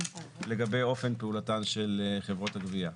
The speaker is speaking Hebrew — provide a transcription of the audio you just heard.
לגבי אופן פעולתן של חברות הגבייה.